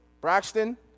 Braxton